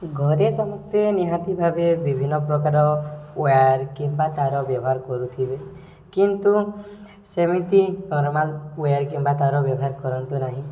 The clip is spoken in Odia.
ଘରେ ସମସ୍ତେ ନିହାତି ଭାବେ ବିଭିନ୍ନ ପ୍ରକାର ୱାୟାର୍ କିମ୍ବା ତାର ବ୍ୟବହାର କରୁଥିବେ କିନ୍ତୁ ସେମିତି ନର୍ମାଲ୍ ୱାୟାର୍ କିମ୍ବା ତାର ବ୍ୟବହାର କରନ୍ତୁ ନାହିଁ